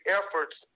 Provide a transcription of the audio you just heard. efforts